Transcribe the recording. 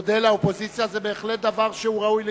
מודה לאופוזיציה, זה בהחלט דבר שהוא ראוי לציון.